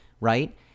right